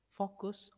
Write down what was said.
focus